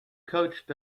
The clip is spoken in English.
coached